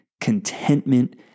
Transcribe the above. contentment